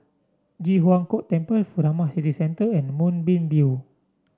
Ji Huang Kok Temple Furama City Centre and Moonbeam View